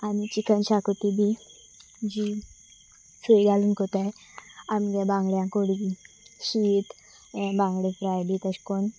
आनी चिकन शाकोती बी जी सय घालून करतात आमची बांगड्यां कडी शीत हे बांगडे फ्राय बी तशें करून